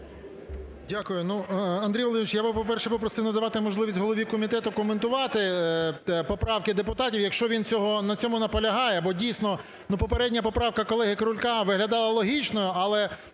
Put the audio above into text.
Дякую. Андрій Володимирович, я, по-перше, попросив надавати можливість голові комітету коментувати поправки депутатів, якщо він на цьому наполягає. Бо, дійсно, попередня поправка колеги Крулька виглядала логічною,